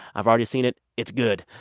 i've already seen it. it's good.